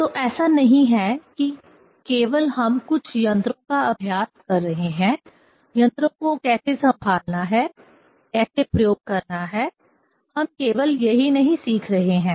तो ऐसा नहीं है कि केवल हम कुछ यंत्रों का अभ्यास कर रहे हैं यंत्रों को कैसे संभालना है कैसे प्रयोग करना है हम केवल यही नहीं सीख रहे हैं